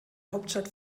hauptstadt